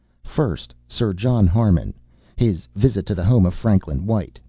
first, sir john harmon his visit to the home of franklin white.